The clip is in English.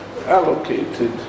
allocated